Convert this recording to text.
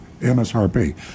MSRP